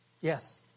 Yes